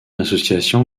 l’association